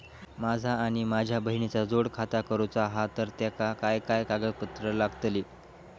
माझा आणि माझ्या बहिणीचा जोड खाता करूचा हा तर तेका काय काय कागदपत्र लागतली?